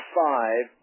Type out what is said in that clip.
five